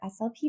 SLP